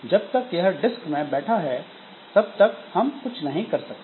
जब तक यह डिस्क में बैठा है तब तक हम कुछ नहीं कर सकते